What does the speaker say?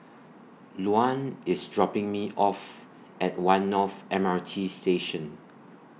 Luann IS dropping Me off At one North M R T Station